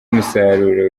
umusaruro